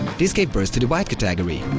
this gave birth to the wild category.